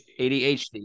ADHD